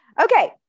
Okay